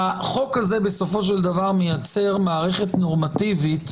החוק הזה בסופו של דבר מייצר מערכת נורמטיבית,